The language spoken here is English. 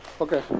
okay